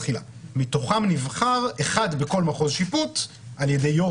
מתוכם נבחר אחד בכל מחוז שיפוט ע"י יו"ר